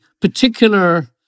particular